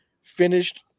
Finished